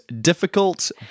difficult